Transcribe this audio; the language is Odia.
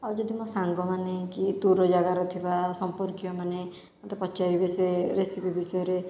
ଆଉ ଯଦି ମୋ ସାଙ୍ଗମାନେ କି ଦୂର ଜାଗାର ଥିବା ସମ୍ପର୍କୀୟମାନେ ମୋତେ ପଚାରିବେ ସେ ରେସିପି ବିଷୟରେ